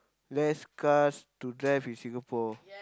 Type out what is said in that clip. less cars to drive in Singapore